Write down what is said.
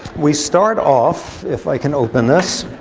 we start off, if i can open this